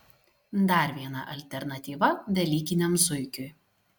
dar viena alternatyva velykiniam zuikiui